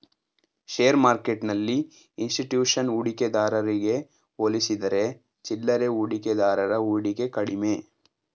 share ಮಾರ್ಕೆಟ್ಟೆಲ್ಲಿ institution ಹೂಡಿಕೆದಾರಗೆ ಹೋಲಿಸಿದರೆ ಚಿಲ್ಲರೆ ಹೂಡಿಕೆದಾರರ ಹೂಡಿಕೆ ಕಡಿಮೆ